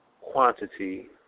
quantity